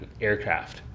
aircraft